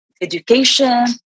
education